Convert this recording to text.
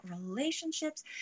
relationships